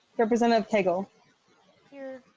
representative cable yes.